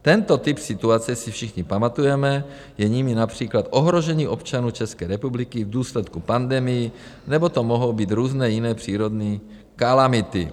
Tento typ situace si všichni pamatujeme, je jimi například ohrožení občanů České republiky v důsledku pandemií nebo to mohou být různé jiné přírodní kalamity.